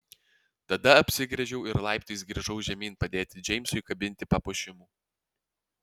tada apsigręžiau ir laiptais grįžau žemyn padėti džeimsui kabinti papuošimų